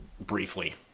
briefly